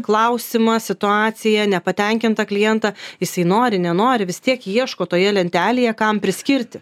klausimą situaciją nepatenkintą klientą jisai nori nenori vis tiek ieško toje lentelėje kam priskirti